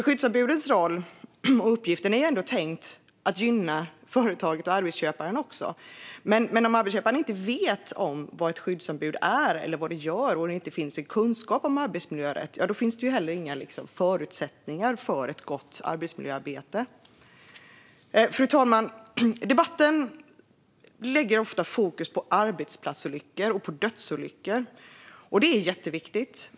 Skyddsombudens roll och uppgift är tänkt att gynna även företaget och arbetsköparen, men om arbetsköparen inte vet vad skyddsombud är eller vad de gör och saknar kunskap om arbetsmiljörätt finns ju inga förutsättningar för ett gott arbetsmiljöarbete. Fru talman! I debatten läggs ofta fokus på arbetsplatsolyckor och dödsolyckor, och det är jätteviktigt.